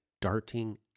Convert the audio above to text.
darting